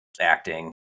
acting